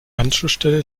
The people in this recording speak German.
anschlussstelle